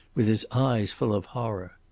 with his eyes full of horror.